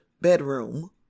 Bedroom